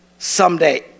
Someday